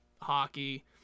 hockey